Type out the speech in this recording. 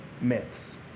myths